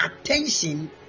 attention